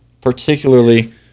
particularly